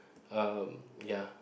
um ya